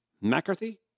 McCarthy